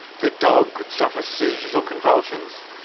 the dog could suffer seizures or convulsions,